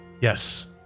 Yes